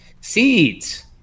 seeds